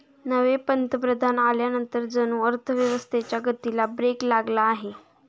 नवे पंतप्रधान आल्यानंतर जणू अर्थव्यवस्थेच्या गतीला ब्रेक लागला आहे